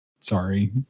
sorry